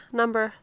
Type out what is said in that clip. number